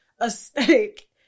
aesthetic